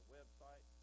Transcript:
website